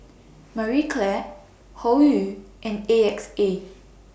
Marie Claire Hoyu and A X A